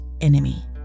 enemy